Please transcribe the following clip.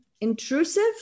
intrusive